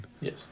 Yes